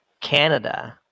Canada